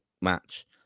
match